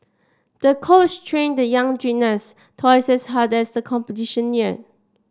the coach trained the young gymnast twice as hard as the competition neared